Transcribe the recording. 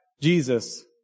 Jesus